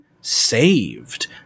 saved